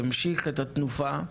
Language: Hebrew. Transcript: המשיך את התנופה.